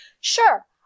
sure